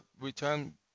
return